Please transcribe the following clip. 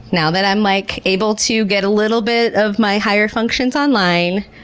now that i'm like able to get a little bit of my higher functions online,